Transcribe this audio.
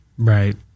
Right